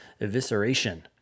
evisceration